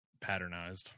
patternized